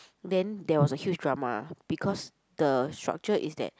then there was a huge drama because the structure is that